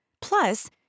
Plus